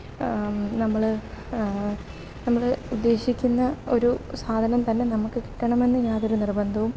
നമ്മൾ നമ്മൾ ഉദ്ദേശിക്കുന്ന ഒരു സാധനം തന്നെ നമുക്ക് കിട്ടണമെന്ന് യാതൊരു നിര്ബന്ധവും